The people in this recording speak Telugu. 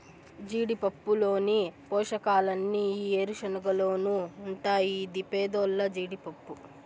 జీడిపప్పులోని పోషకాలన్నీ ఈ ఏరుశనగలోనూ ఉంటాయి ఇది పేదోల్ల జీడిపప్పు